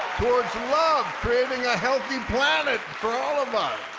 towards love, creating a healthy planet for all of us.